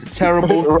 terrible